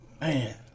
Man